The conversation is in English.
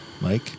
Mike